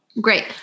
great